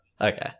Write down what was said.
okay